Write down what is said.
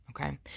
Okay